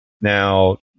Now